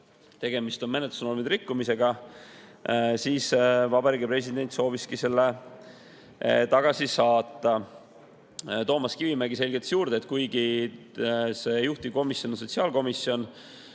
tegemist on menetlusnormide rikkumisega, siis Vabariigi President soovis selle tagasi saata. Toomas Kivimägi selgitas veel, et kuigi juhtivkomisjon on sotsiaalkomisjon,